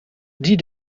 die